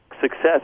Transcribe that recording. success